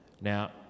Now